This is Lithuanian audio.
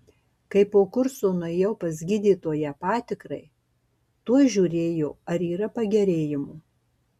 kai po kurso nuėjau pas gydytoją patikrai tuoj žiūrėjo ar yra pagerėjimų